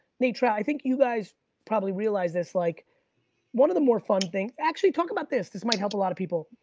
nate, trout, i think you guys probably realize this, like one of the more fun things, actually talk about this, this might help a lot of people.